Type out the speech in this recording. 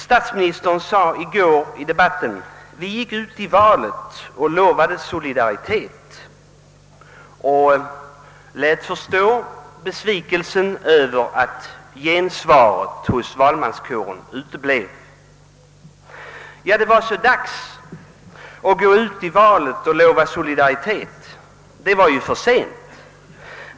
Statsministern sade i går i debatten att vi gick ut i valet och lovade solidaritet och lät förstå besvikelse över att gensvaret hos valmanskåren uteblev. Ja, det var så dags att gå ut i valet och lova solidaritet. Det var för sent.